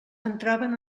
entraven